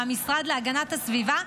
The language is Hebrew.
מהמשרד להגנת הסביבה,